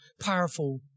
powerful